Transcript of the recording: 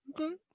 Okay